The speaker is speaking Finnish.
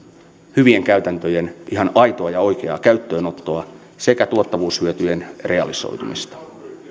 hyvien käytäntöjen ihan aitoa ja oikeaa käyttöönottoa sekä tuottavuushyötyjen realisoitumista